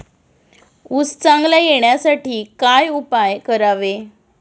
ऊस चांगला येण्यासाठी काय उपाय करावे?